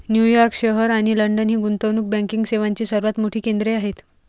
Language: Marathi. न्यूयॉर्क शहर आणि लंडन ही गुंतवणूक बँकिंग सेवांची सर्वात मोठी केंद्रे आहेत